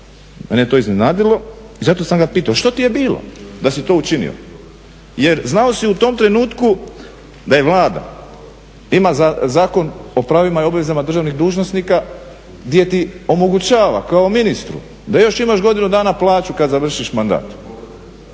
Mene je to iznenadilo i zato sam ga pitao što ti je bilo da si to učinio. Jer znao si u tom trenutku da je Vlada ima Zakon o pravima o obvezama državnih dužnosnika gdje ti omogućava kao ministru da još imaš godinu dana plaću kada završiš mandat.